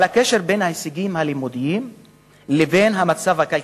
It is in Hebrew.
על הקשר בין ההישגים הלימודיים לבין המצב הכלכלי-חברתי,